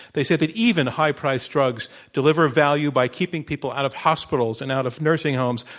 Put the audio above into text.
they said that even high-priced drugs deliver a value by keeping people out of hospitals and out of nursing homes